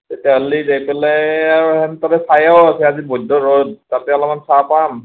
তেতিয়াহ'লে যায় পেলাই আৰ হেন তাতে ছায়াও আছে আজি বৈদ্য ৰ'দ তাতে অলমান ছাঁ পাম